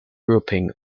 grouping